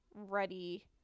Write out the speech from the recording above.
ready